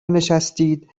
نشستید